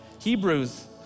Hebrews